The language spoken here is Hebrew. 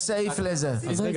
יש סעיף לזה.